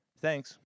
Thanks